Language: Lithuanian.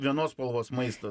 vienos spalvos maistas